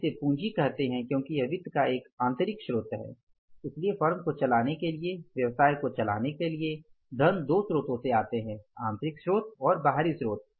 हम इसे पूंजी कहते हैं क्योंकि यह वित्त का एक आंतरिक स्रोत है इसलिए फर्म को चलाने के लिए व्यवसाय को चलाने के लिए धन दो स्रोतों से आते हैं आंतरिक स्रोत और बाहरी स्रोत